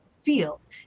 field